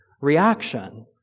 reaction